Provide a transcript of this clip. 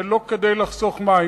ולא כדי לחסוך מים.